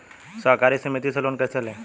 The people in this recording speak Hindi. सहकारी समिति से लोन कैसे लें?